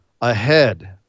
ahead